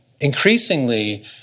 Increasingly